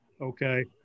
Okay